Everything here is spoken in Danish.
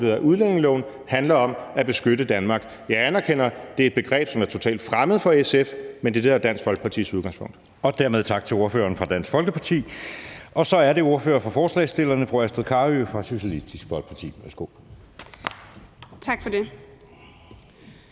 udlændingeloven handler om at beskytte Danmark. Jeg anerkender, at det er et begreb, som er totalt fremmed for SF, men det er det, der er Dansk Folkepartis udgangspunkt. Kl. 16:00 Anden næstformand (Jeppe Søe): Dermed tak til ordføreren fra Dansk Folkeparti. Og så er det ordføreren for forslagsstillerne, fru Astrid Carøe fra Socialistisk Folkeparti. Værsgo. Kl.